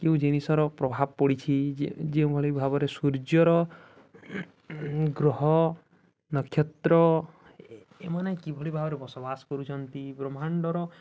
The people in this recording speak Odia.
କେଉଁ ଜିନିଷର ପ୍ରଭାବ ପଡ଼ିଛି ଯେ ଯେଉଁଭଳି ଭାବରେ ସୂର୍ଯ୍ୟର ଗ୍ରହ ନକ୍ଷତ୍ର ଏମାନେ କିଭଳି ଭାବରେ ବସବାସ କରୁଛନ୍ତି ବ୍ରହ୍ମାଣ୍ଡର